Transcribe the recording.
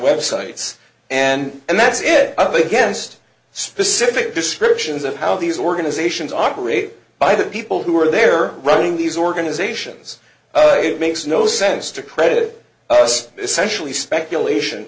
websites and that's it against specific descriptions of how these organizations operate by the people who are there running these organizations makes no sense to credit this actually speculation